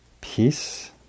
Peace